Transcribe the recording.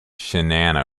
shinano